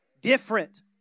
Different